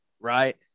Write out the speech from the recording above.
right